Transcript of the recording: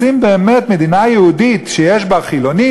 אם רוצים באמת מדינה יהודית שיש בה חילונים,